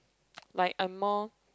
like I'm more